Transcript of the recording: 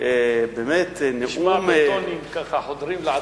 באמת נאום, נשמע בטונים חודרים לעצמות.